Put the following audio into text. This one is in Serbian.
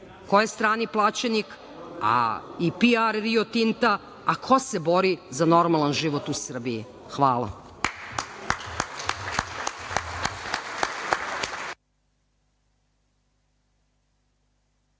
ko je strani plaćenik i PR Rio Tinta, a ko se bori za normalan život u Srbiji. Hvala.